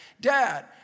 Dad